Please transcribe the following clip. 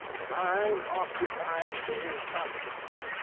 mine occupies me constantly.